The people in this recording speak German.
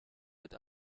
wird